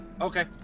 Okay